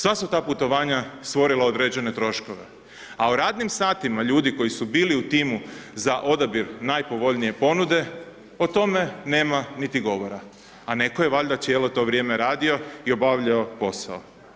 Sva su ta putovanja stvorila određene troškove, a u radnim satima ljudi koji su bili u timu za odabir najpovoljnije ponude, o tome nema niti govora a netko je valjda cijelo to vrijeme radio i obavljao posao.